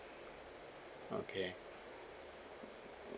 okay